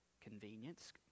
convenience